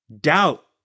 Doubt